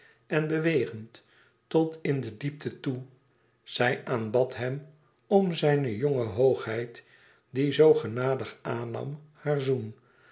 en bewegend tot in diepte toe zij aanbad hem om zijne jonge hoogheid die zoo genadig aannam haar zoen